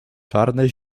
czarne